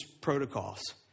protocols